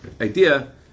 idea